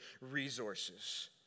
resources